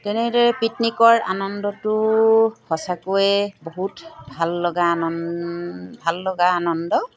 তেনেদৰে পিকনিকৰ আনন্দটো সঁচাকৈয়ে বহুত ভাল লগা আনন্দ ভাল লগা আনন্দ